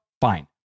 Fine